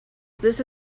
this